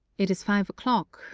it is five o'clock.